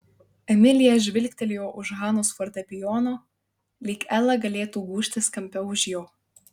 emilija žvilgtelėjo už hanos fortepijono lyg ela galėtų gūžtis kampe už jo